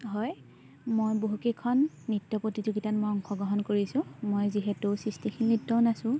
হয় মই বহুকেইখন নৃত্য প্ৰতিযোগিতাত মই অংশগ্ৰহণ কৰিছোঁ মই যিহেতু সৃষ্টিশীল নৃত্যও নাচোঁ